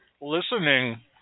Listening